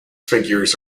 figures